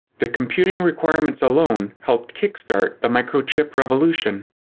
the computing requirements alone helped kickstart the microchip revolution.